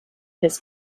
his